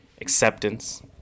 acceptance